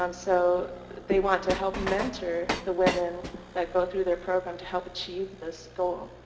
um so they want to help mentor the women that go through their program to help achieve this goal.